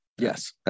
Yes